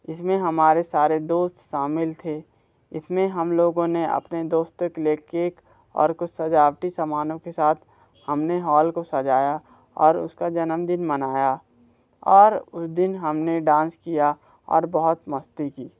इसमें हमारे सारे दोस्त शामिल थे इसमें हम लोगों ने अपने दोस्तों के लिए केक और कुछ सजावटी सामानों के साथ हमने हाॅल को सजाया और उसका जन्मदिन मनाया और उस दिन हमने डांस किया और बहुत मस्ती की